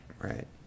Right